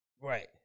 Right